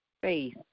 faith